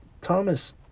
Thomas